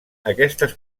aquestes